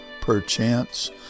perchance